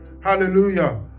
hallelujah